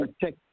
check